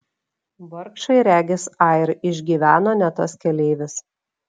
vargšai regis air išgyveno ne tas keleivis